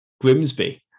Grimsby